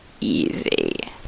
easy